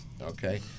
Okay